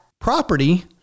property